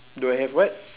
do I have what